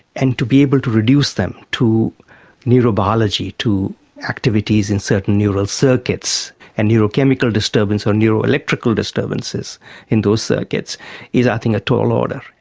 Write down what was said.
and to be able to reduce them to neurobiology, to activities in certain neural circuits and neural chemical disturbance or neural electrical disturbances in those circuits is i think a tall order.